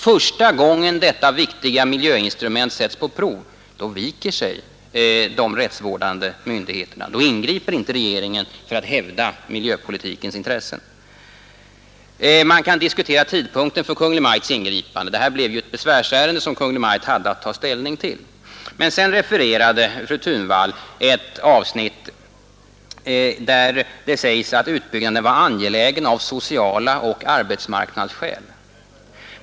Första gången detta viktiga miljöinstrument sätts på prov viker sig de rättsvårdande myndigheterna. Då ingriper inte regeringen för att hävda miljöpolitikens intressen. Man kan diskutera tidpunkten för Kungl. Maj:ts ingripande. Detta blev ett besvärsärende som Kungl. Maj:t hade att ta ställning till. Fru Thunvall refererade ett avsnitt där det säges att en utbyggnad var angelägen av sociala och arbetsmarknadsmässiga skäl.